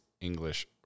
English